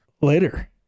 later